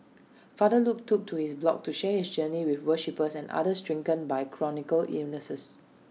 father Luke took to his blog to share his journey with worshippers and others stricken by chronic illnesses